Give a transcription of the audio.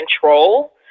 control